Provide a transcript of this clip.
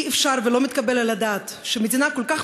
אי-אפשר ולא מתקבל על הדעת שמדינה כל כך